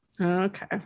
Okay